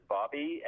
Bobby